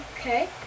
Okay